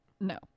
No